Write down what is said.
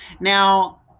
Now